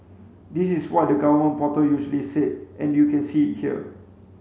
this is what the government portal usually said and you can see it here